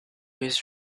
his